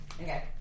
Okay